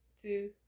two